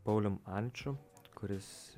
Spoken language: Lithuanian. paulium anču kuris